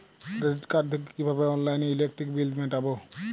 Credit card থেকে কিভাবে অনলাইনে ইলেকট্রিক বিল মেটাবো?